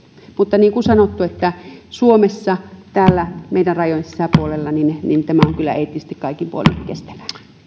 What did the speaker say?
mutta niin kuin sanottu suomessa täällä meidän rajojen sisäpuolella tämä on kyllä eettisesti kaikin puolin kestävää